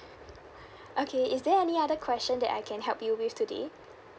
okay is there any other question that I can help you with today